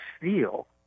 feel